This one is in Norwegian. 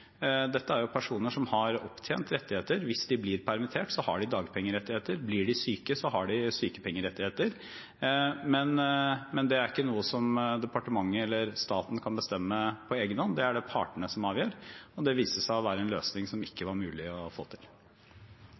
Dette er personer som har opptjent rettigheter. Hvis de blir permittert, har de dagpengerettigheter, blir de syke, har de sykepengerettigheter. Dette er ikke noe som departementet eller staten kan bestemme på egen hånd, det er det partene som avgjør. Og det viste seg å være en løsning som det ikke var mulig å få til.